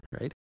right